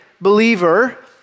believer